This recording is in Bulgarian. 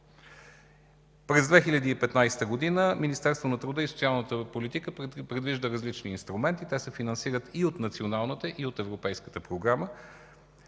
През 2015 г. Министерството на труда и социалната политика предвижда различни инструменти – те се финансират и от Националната, и от Европейската програма,